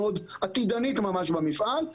עתידנית ממש במפעל,